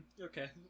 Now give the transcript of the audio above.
okay